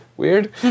Weird